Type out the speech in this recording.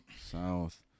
South